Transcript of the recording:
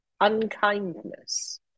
unkindness